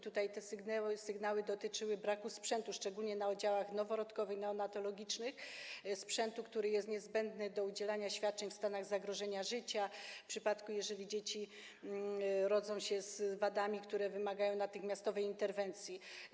Te sygnały dotyczyły braku sprzętu, szczególnie na oddziałach noworodkowych, neonatologicznych, sprzętu, który jest niezbędny do udzielania świadczeń w stanach zagrożenia życia, w przypadku gdy rodzą się z dzieci wadami, które wymagają natychmiastowej interwencji.